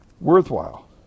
worthwhile